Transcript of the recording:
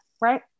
right